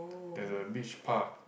there's a beach park